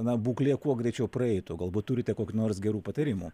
na būklė kuo greičiau praeitų galbūt turite kokių nors gerų patarimų